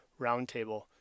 Roundtable